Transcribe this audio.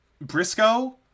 Briscoe